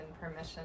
permission